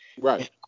right